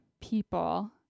people